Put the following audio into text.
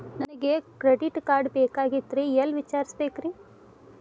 ನನಗೆ credit card ಬೇಕಾಗಿತ್ರಿ ಎಲ್ಲಿ ವಿಚಾರಿಸಬೇಕ್ರಿ?